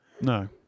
No